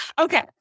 Okay